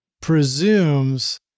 presumes